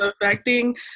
affecting